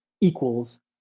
equals